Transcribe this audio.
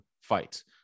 fights